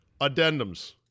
Addendums